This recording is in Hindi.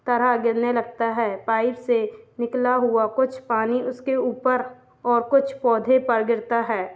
तरह गिरने लगता है पाइप से निकला हुआ कुछ पानी उसके ऊपर और कुछ पौधे पर गिरता है